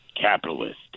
capitalist